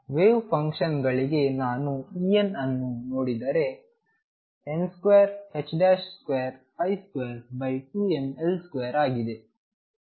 wave ಫಂಕ್ಷನ್ಗಳಿಗೆ ನಾನು En ಅನ್ನು ನೋಡಿದರೆ n2222mL2 ಆಗಿದೆ